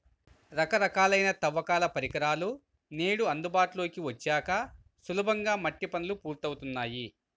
రకరకాలైన తవ్వకాల పరికరాలు నేడు అందుబాటులోకి వచ్చాక సులభంగా మట్టి పనులు పూర్తవుతున్నాయి